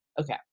okay